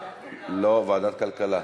לא, ועדת כלכלה.